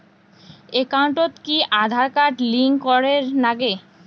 একাউন্টত কি Aadhaar card link করের নাগে?